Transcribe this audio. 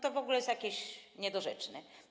To w ogóle jest jakieś niedorzeczne.